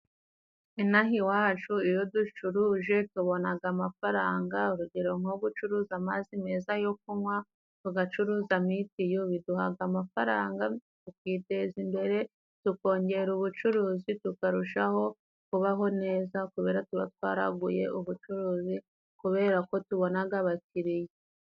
Inaha iwacu iyo ducuruje tubonaga amafaranga. Urugero nko gucuruza amazi meza yo kunywa, tugacuruza mitiyu , biduhaga amafaranga tukiteza imbere, tukongera ubucuruzi, tukarushaho kubaho neza, kubera tuba twaraguye ubucuruzi kubera ko tubonaga abakiriya.